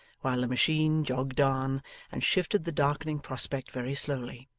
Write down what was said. while the machine jogged on and shifted the darkening prospect very slowly.